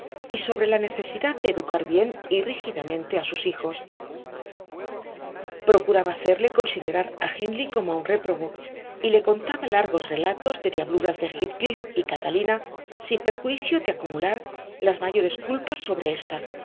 y sobre la necesidad de educar bien y rígidamente a sus hijos procuraba hacerle considerar a hindley como a un réprobo y le contaba largos relatos de diabluras de heathcliff y catalina sin perjuicio de acumular las mayores culpas sobre ésta